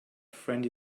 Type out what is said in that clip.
friend